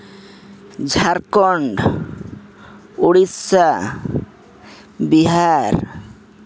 Jharkhand Odisha Bihar